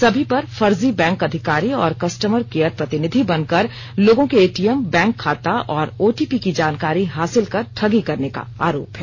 सभी पर फर्जी बैंक अधिकारी और कस्टमर केयर प्रतिनिधि बनकर लोगों के एटीएम बैंक खाता और ओटीपी की जानकारी हासिल कर ठगी करने का आरोप है